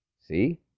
See